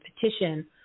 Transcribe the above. petition